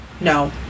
No